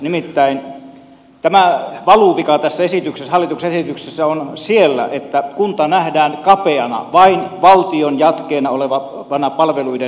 nimittäin tämä valuvika tässä hallituksen esityksessä on siellä että kunta nähdään kapeana vain valtion jatkeena olevana palveluiden järjestämisenä